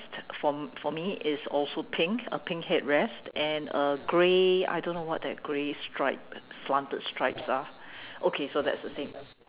for for me it's also pink a pink headrest and a grey I don't know what that grey stripe slanted stripes are okay so that's the same